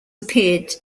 appeared